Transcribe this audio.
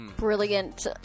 brilliant